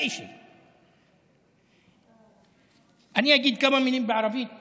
(אומר בערבית: לפחות בזה.) אני אגיד כמה מילים בערבית.